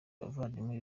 bavandimwe